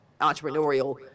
entrepreneurial